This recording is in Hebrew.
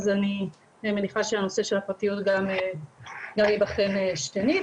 אני מניחה שהנושא של הפרטיות גם ייבחן שנית,